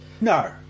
No